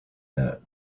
that